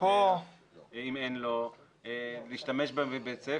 ואם אין לו להשתמש בבית ספר.